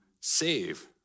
save